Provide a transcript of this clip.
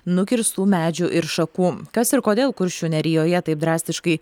nukirstų medžių ir šakų kas ir kodėl kuršių nerijoje taip drastiškai